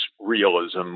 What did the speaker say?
realism